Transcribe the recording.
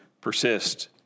persist